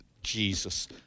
Jesus